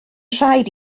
rhaid